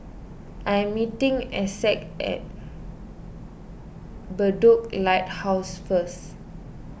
I am meeting Essex at Bedok Lighthouse first